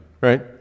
Right